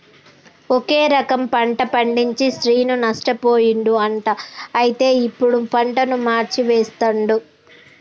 ఒకే రకం పంట పండించి శ్రీను నష్టపోయిండు అంట అయితే ఇప్పుడు పంటను మార్చి వేస్తండు